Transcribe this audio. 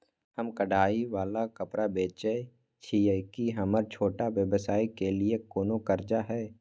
हम कढ़ाई वाला कपड़ा बेचय छिये, की हमर छोटा व्यवसाय के लिये कोनो कर्जा है?